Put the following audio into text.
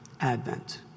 advent